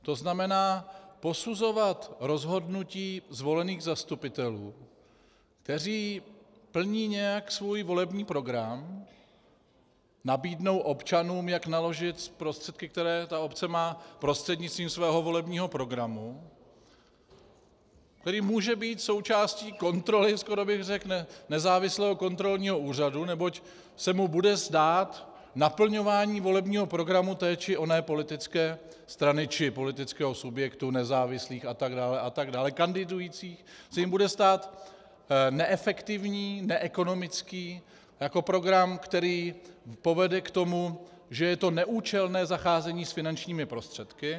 To znamená posuzovat rozhodnutí zvolených zastupitelů, kteří plní nějak svůj volební program, nabídnout občanům, jak naložit s prostředky, které ta obec má, prostřednictvím svého volebního programu, který může být součástí kontroly, skoro bych řekl, nezávislého kontrolního úřadu, neboť se mu bude zdát naplňování volebního programu té či oné politické strany či politického subjektu nezávislých atd., atd., kandidujících se jim bude zdát neefektivní, neekonomický, jako program, který povede k tomu, že je to neúčelné zacházení s finančními prostředky.